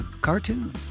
cartoon